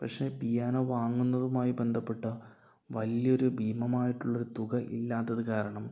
പക്ഷേ പിയാനോ വാങ്ങുന്നതുമായി ബന്ധപ്പെട്ട വലിയൊരു ഭീമമായിട്ടുള്ളൊരു തുക ഇല്ലാത്തതു കാരണം